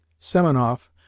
Semenov